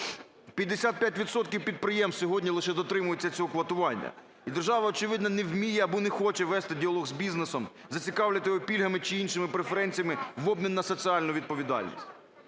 підприємств сьогодні лише дотримуються цього квотування, і держава, очевидно, не вміє або не хоче вести діалог з бізнесом, зацікавлювати його пільгами чи іншими преференціями в обмін на соціальну відповідальність.